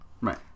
Right